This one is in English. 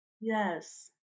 Yes